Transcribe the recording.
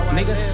Nigga